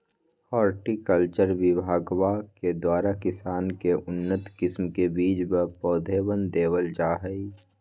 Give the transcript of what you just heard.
horticulture विभगवा के द्वारा किसान के उन्नत किस्म के बीज व पौधवन देवल जाहई